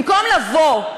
במקום לבוא,